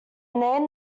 name